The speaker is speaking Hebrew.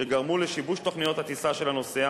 שגרמו לשיבוש תוכניות הטיסה של הנוסע,